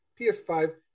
PS5